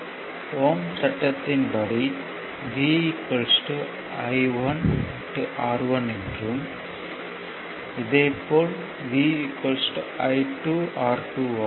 ஓம் சட்டத்தின் ohm's law படி V I1 R1 என்றும் இதே போல் V I2 R2 ஆகும்